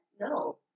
No